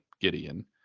Gideon